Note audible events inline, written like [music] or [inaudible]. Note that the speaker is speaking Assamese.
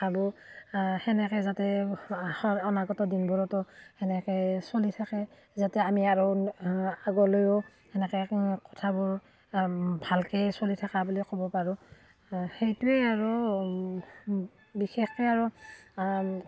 ভাবোঁ সেনেকৈ যাতে [unintelligible] অনাগত দিনবোৰতো সেনেকৈয়ে চলি থাকে যাতে আমি আৰু আগলৈও সেনেকৈ কথাবোৰ ভালকৈয়ে চলি থকা বুলি ক'ব পাৰোঁ সেইটোৱেই আৰু বিশেষকৈ আৰু